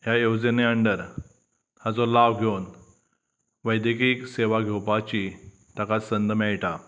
ह्या येवजणे अंडर हाचो लाव घेवन वैद्यकीय सेवा घेवपाची ताका संद मेळटा